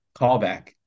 callback